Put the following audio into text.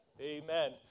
Amen